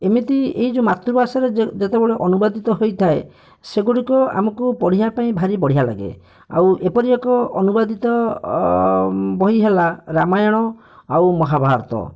ଏମିତି ଏ ଯୋଉ ମାତୃଭାଷାରେ ଯେ ଯେତେବେଳେ ଅନୁବାଦିତ ହୋଇଥାଏ ସେଗୁଡ଼ିକୁ ଆମକୁ ପଢ଼ିବାପାଇଁ ଭାରି ବଢ଼ିଆ ଲାଗେ ଆଉ ଏପରି ଏକ ଅନୁବାଦିତ ବହି ହେଲା ରାମାୟଣ ଆଉ ମହାଭାରତ